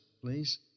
please